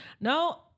No